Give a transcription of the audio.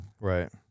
Right